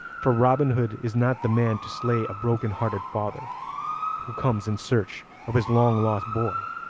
for robin hood is not the man to slay a broken-hearted father who comes in search of his long-lost boy.